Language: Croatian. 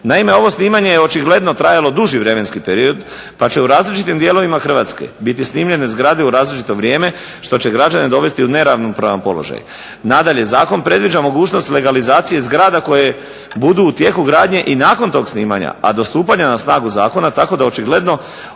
Naime, ovo snimanje je očigledno trajalo duži vremenski period pa će u različitim dijelovima Hrvatske biti snimljene zgrade u različito vrijeme što će građane dovesti u neravnopravan položaj. Nadalje, zakon predviđa mogućnost legalizacije zgrada koje budu u tijeku gradnje i nakon tog snimanja, a do stupanja na snagu zakona tako da očigledno